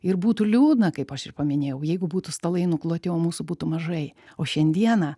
ir būtų liūdna kaip aš ir paminėjau jeigu būtų stalai nukloti o mūsų būtų mažai o šiandieną